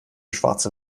schwarze